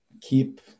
keep